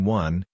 one